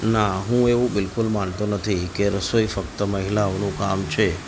ના હું એવું બિલકુલ માનતો નથી કે રસોઈ ફક્ત મહિલાઓનું કામ છે